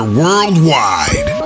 worldwide